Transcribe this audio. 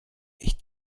ich